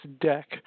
deck